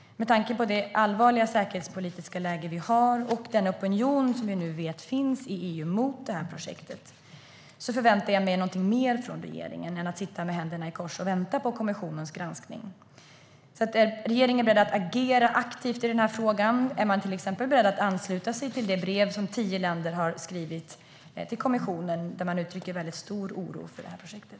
Med tanke på det allvarliga säkerhetspolitiska läge vi har och den opinion som vi vet finns i EU mot det här projektet förväntar jag mig något mer från regeringen än att man sitter med händerna i kors och väntar på kommissionens granskning. Är regeringen beredd att agera aktivt i frågan? Är regeringen till exempel beredd att ansluta till det brev som tio länder har skrivit till kommissionen och där man uttrycker stor oro över projektet?